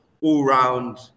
all-round